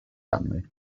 family